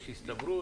יש הסתברות?